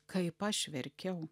kaip aš verkiau